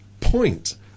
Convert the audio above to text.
point